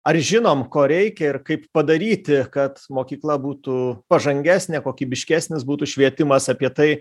ar žinom ko reikia ir kaip padaryti kad mokykla būtų pažangesnė kokybiškesnis būtų švietimas apie tai